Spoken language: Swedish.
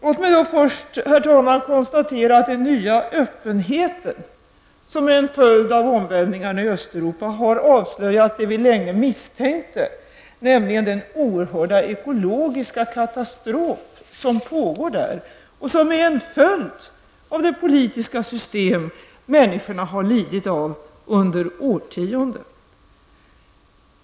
Låt mig först, herr talman, konstatera att den nya öppenheten, som är en följd av omvälvningarna i Östeuropa, har avslöjat det vi länge misstänkte, nämligen den oerhörda ekologiska katastrof som pågår där och som är en följd av det politiska system som människorna har lidit av under årtionden.